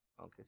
Okay